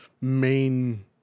main